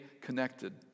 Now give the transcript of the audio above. connected